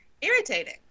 Irritating